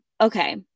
Okay